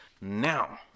Now